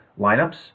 lineups